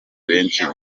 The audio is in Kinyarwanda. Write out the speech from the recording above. benshi